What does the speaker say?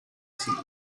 tea